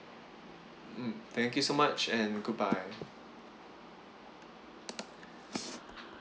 mm thank you so much and goodbye